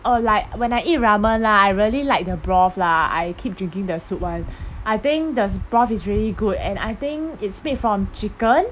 oh like when I eat ramen lah I really like the broth lah I keep drinking their soup one I think the broth is really good and I think it's made from chicken